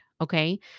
Okay